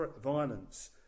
violence